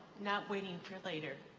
not waiting for later.